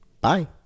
Bye